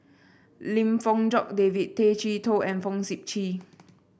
Lim Fong Jock David Tay Chee Toh and Fong Sip Chee